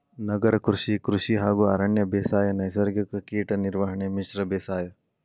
ನಗರ ಕೃಷಿ, ಕೃಷಿ ಹಾಗೂ ಅರಣ್ಯ ಬೇಸಾಯ, ನೈಸರ್ಗಿಕ ಕೇಟ ನಿರ್ವಹಣೆ, ಮಿಶ್ರ ಬೇಸಾಯ